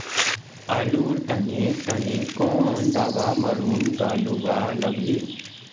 आलूर तने तने कौन दावा मारूम गालुवा लगली?